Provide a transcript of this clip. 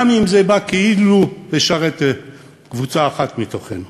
גם אם זה בא כאילו לשרת קבוצה אחת מתוכנו.